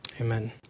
Amen